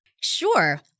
Sure